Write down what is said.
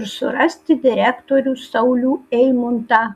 ir surasti direktorių saulių eimuntą